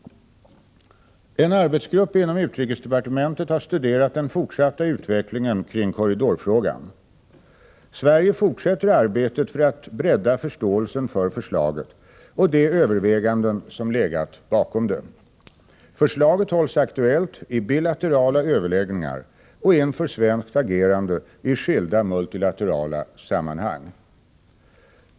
En arbetsgrupp inom utrikesdepartementet har studerat den fortsatta utvecklingen kring korridorfrågan. Sverige fortsätter arbetet för att bredda förståelsen för förslaget och de överväganden som legat bakom det. Förslaget hålls aktuellt i bilaterala överläggningar och inför svenskt agerande i skilda multilaterala sammanhang.